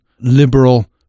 liberal